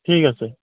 ঠিক আছে